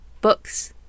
books